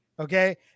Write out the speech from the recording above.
Okay